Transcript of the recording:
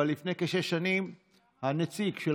אבל לפני כשש שנים הנציג של